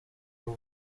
uwa